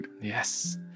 Yes